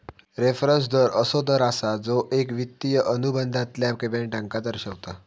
reference दर असो दर असा जो एक वित्तिय अनुबंधातल्या पेमेंटका दर्शवता